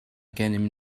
gennym